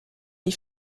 mit